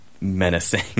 menacing